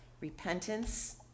Repentance